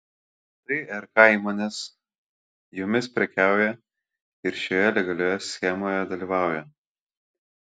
tai rk įmonės jomis prekiauja ir šitoje legalioje schemoje dalyvauja